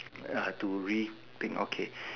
uh to rethink okay